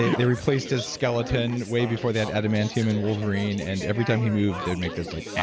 they they replaced his skeleton way before they had adamantine and wolverine and every time he moved, they would make this like.